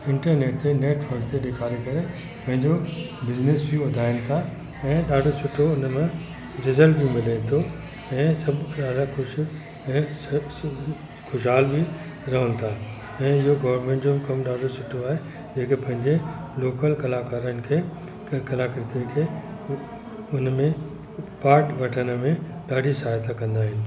internet ते network ते ॾेखारे करे पैंजो बिज़निस बि वधाइन ता ऐं ॾाढो सुठो हुन में रिज़ल्ट बि उनमें मिले तो ऐं सब ॾाढा खुश ऐं सब खुशहाल बि रवन ता ऐं इयो गोर्मेंट जो कम ॾाढो सुठो आए जेके पैंजे लोकल कलाकारन के क कलाकृतियुन के हुन में पार्ट वठण में ॾाढी सहायता कंदा आइन